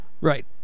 right